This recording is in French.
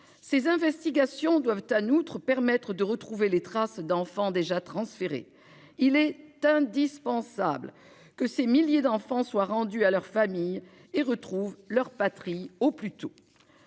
Ces investigations doivent, en outre, permettre de retrouver les traces d'enfants déjà transférés. Il est indispensable que ces milliers d'enfants soient rendus à leurs familles et retrouvent leur patrie au plus tôt.